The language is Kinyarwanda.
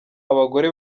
abagore